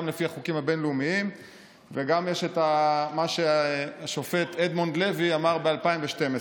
גם לפי החוקים הבין-לאומיים וגם יש את מה שהשופט אדמונד לוי אמר ב-2012.